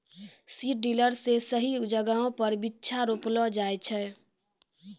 seed drill से सही जगहो पर बीच्चा रोपलो जाय छै